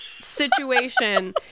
situation